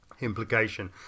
implication